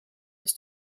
was